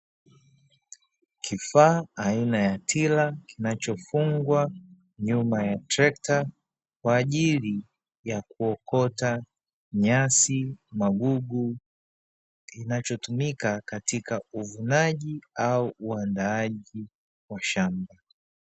Kifaa aina ya tila kinachofungwa nyuma ya trekta, kwa ajili ya kuokota nyasi, magugu kinachotumika katika uvunaji au uandaaji wa shamba.